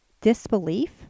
Disbelief